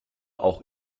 auch